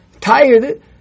Tired